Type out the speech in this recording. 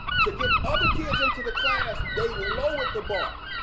to get other kids into the class, they lowered the bar.